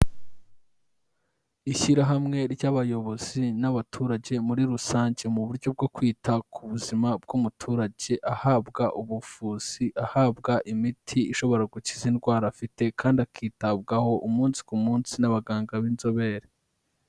Ishyirahamwe ry'abayobozi n'abaturage muri rusange mu buryo bwo kwita ku buzima bw'umuturage, ahabwa ubuvuzi, ahabwa imiti ishobora gukiza indwara afite kandi akitabwaho umunsi ku munsi n'abaganga b'inzobere.